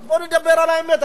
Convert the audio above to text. אז בואו נדבר על האמת.